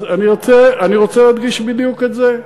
אני רוצה להדגיש בדיוק את זה,